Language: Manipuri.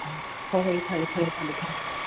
ꯍꯣꯏ ꯍꯣꯏ ꯐꯔꯦ ꯐꯔꯦ ꯊꯝꯃꯣ ꯊꯝꯃꯣ